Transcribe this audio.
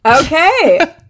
Okay